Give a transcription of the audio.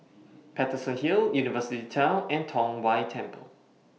Paterson Hill University Town and Tong Whye Temple